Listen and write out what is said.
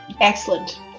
excellent